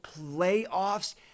playoffs